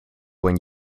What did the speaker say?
when